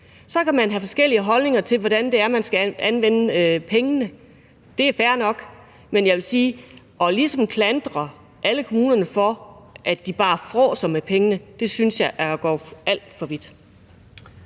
Så kan man have forskellige holdninger til, hvordan man skal anvende pengene. Det er fair nok, men jeg vil sige, at ligesom at klandre alle kommunerne for, at de bare frådser med pengene, synes jeg er at gå alt for vidt.